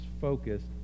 focused